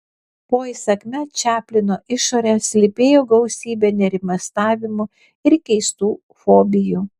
po įsakmia čaplino išore slypėjo gausybė nerimastavimų ir keistų fobijų